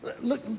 Look